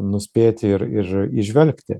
nuspėti ir ir įžvelgti